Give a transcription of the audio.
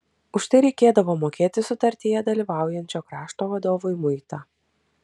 už tai reikėdavo mokėti sutartyje dalyvaujančio krašto valdovui muitą